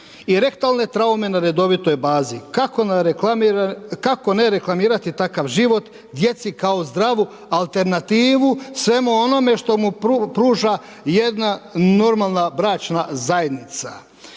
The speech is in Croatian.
I rektalne traume na redovitoj bazi, kako ne reklamirati takav život djeci kao zdravu alternativu, svemu onome što mu pruža jedna normalna bračna zajednica.